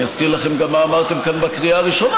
ואני אזכיר לכם גם מה אמרתם כאן בקריאה הראשונה.